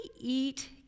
eat